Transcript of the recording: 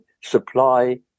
supply